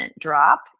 drop